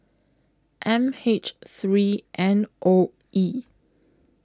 M H three N O E